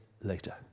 later